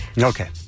Okay